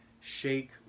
shake